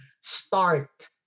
start